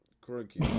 Crikey